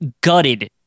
gutted